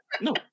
No